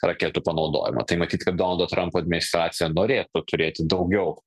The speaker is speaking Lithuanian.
raketų panaudojimo tai matyt kad donaldo trampo administracija norėtų turėti daugiau